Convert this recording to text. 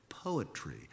Poetry